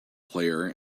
player